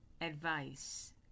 advice